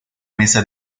mesa